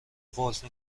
قفل